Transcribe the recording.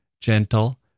gentle